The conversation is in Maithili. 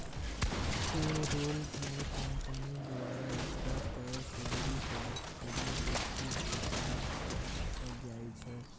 पे रोल मे कंपनी द्वारा एकटा तय सेलरी पर कोनो बेकती केँ काज पर राखल जाइ छै